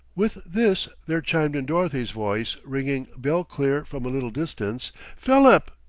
with this there chimed in dorothy's voice, ringing bell-clear from a little distance philip!